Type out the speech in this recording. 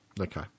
Okay